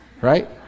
Right